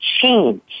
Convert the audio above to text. change